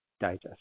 Digest